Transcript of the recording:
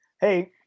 Hey